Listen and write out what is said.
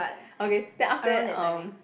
okay then after that um